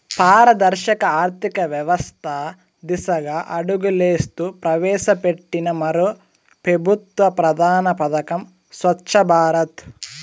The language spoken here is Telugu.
పారదర్శక ఆర్థికవ్యవస్త దిశగా అడుగులేస్తూ ప్రవేశపెట్టిన మరో పెబుత్వ ప్రధాన పదకం స్వచ్ఛ భారత్